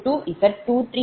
2916 0